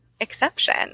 exception